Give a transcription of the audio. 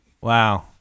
Wow